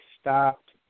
stopped